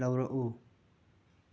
ꯂꯧꯔꯛꯎ